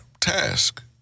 task